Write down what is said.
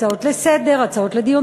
הצעות לסדר-היום,